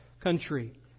country